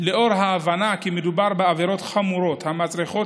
לאור ההבנה כי מדובר בעבירות חמורות המצריכות